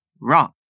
Wrong